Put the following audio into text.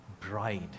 bride